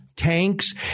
Tanks